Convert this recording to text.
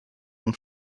und